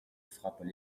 frappent